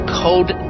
code